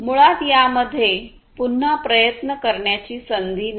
मुळात यामध्ये पुन्हा प्रयत्न करण्याची संधी नाही